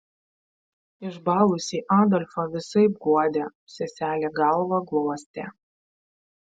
išbalusį adolfą visaip guodė seselė galvą glostė